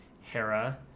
Hera